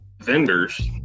vendors